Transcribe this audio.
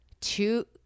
two